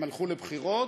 הם הלכו לבחירות.